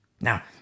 Now